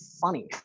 funny